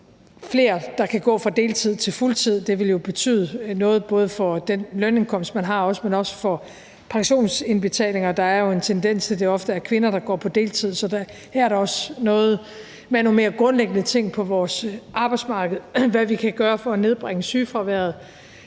at flere kan gå fra deltid til fuldtid. Det ville jo både betyde noget for den lønindkomst, man har, men også for ens pensionsindbetalinger. Der er jo en tendens til, at det ofte er kvinder, der går på deltid. Så er der også tale om nogle mere grundlæggende ting på vores arbejdsmarked, i forhold til hvad vi kan gøre for at nedbringe sygefraværet,